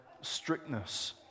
strictness